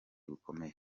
bukomeye